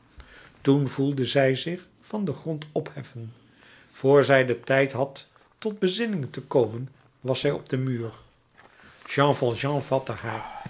toen voelde zij zich van den grond opheffen vr zij den tijd had tot bezinning te komen was zij op den muur jean valjean vatte haar